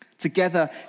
Together